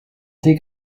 dig